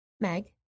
Meg